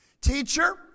Teacher